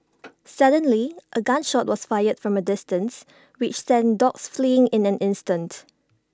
suddenly A gun shot was fired from A distance which sent the dogs fleeing in an instant